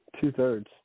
two-thirds